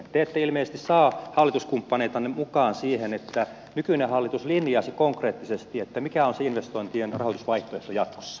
te ette ilmeisesti saa hallituskumppaneitanne mukaan siihen että nykyinen hallitus linjaisi konkreettisesti mikä on se investointien rahoitusvaihtoehto jatkossa